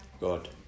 God